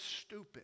stupid